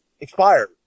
expired